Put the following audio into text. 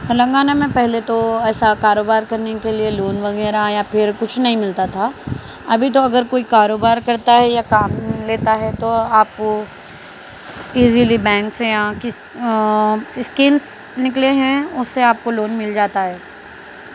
تلنگانہ میں پہلے تو ایسا کاروبار کرنے کے لیے لون وغیرہ یا پھر کچھ نہیں ملتا تھا ابھی تو اگرکوئی کاروبار کرتا ہے یا کام لیتا ہے تو آپ کو ایزلی بینک سے اسکیمس نکلے ہیں اس سے آپ کو لون مل جاتا ہے